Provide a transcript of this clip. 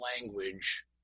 language